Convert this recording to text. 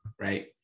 right